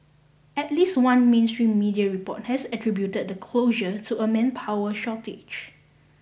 at least one mainstream media report has attributed the closure to a manpower shortage